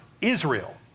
Israel